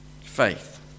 faith